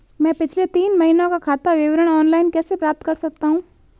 मैं पिछले तीन महीनों का खाता विवरण ऑनलाइन कैसे प्राप्त कर सकता हूं?